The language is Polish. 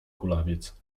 kulawiec